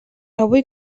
avui